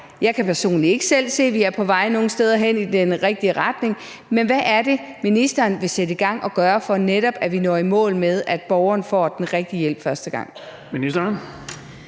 Jeg kan personligt ikke se, at vi er på vej nogen steder hen i den rigtige retning. Men hvad er det, ministeren vil sætte i gang og gøre, for at vi netop når i mål med, at borgeren får den rigtige hjælp første gang?